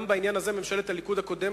גם בנושא הזה ממשלת הליכוד הקודמת